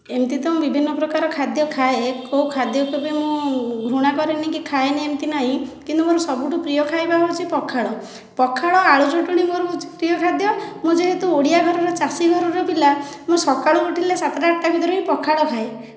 ଏମିତି ତ ମୁଁ ବିଭିନ୍ନ ପ୍ରକାର ଖାଦ୍ୟ ଖାଏ କେଉଁ ଖାଦ୍ୟ କେବେ ମୁଁ ଘୃଣା କରେନି କି ଖାଏନି ଏମିତି ନାହିଁ କିନ୍ତୁ ମୋର ସବୁଠୁ ପ୍ରିୟ ଖାଦ୍ୟ ହେଉଛି ପଖାଳ ପଖାଳ ଆଳୁ ଚଟଣି ମୋର ହେଉଛି ପ୍ରିୟ ଖାଦ୍ୟ ମୁଁ ଯେହେତୁ ଓଡ଼ିଆ ଘରର ଚାଷୀ ଘରର ପିଲା ମୁଁ ସକାଳୁ ଉଠିଲେ ସାତଟା ଆଠଟା ଭିତରେ ପଖାଳ ଖାଏ